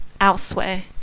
elsewhere